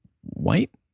white